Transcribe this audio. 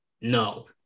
no